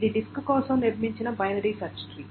ఇది డిస్క్ కోసం నిర్మించిన బైనరీ సెర్చ్ ట్రీ